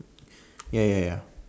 ya ya ya